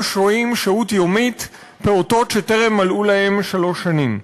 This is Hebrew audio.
שוהים שהות יומית פעוטות שטרם מלאו להם שלוש שנים.